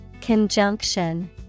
Conjunction